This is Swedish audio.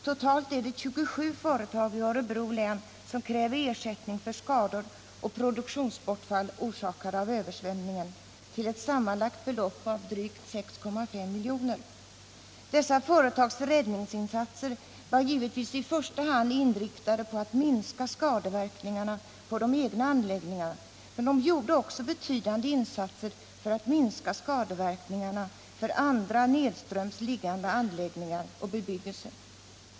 Totalt är det 27 företag i Örebro län som kräver ersättning för skador och produktionsbortfall, orsakade av översvämningen, till ett sammanlagt belopp av drygt 6,5 milj.kr. Dessa företags räddningsinsatser var givetvis i första hand inriktade på att minska skadorna på de egna anläggningarna, men de gjorde också betydande insatser för att minska skadeverkningarna för nedströms liggande anläggningar och bebyggelse.